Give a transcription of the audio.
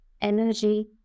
energy